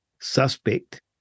suspect